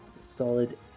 Solid